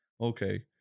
Okay